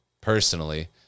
personally